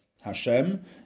Hashem